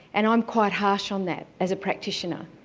and i'm quite harsh on that, as a practitioner.